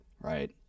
right